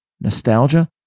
nostalgia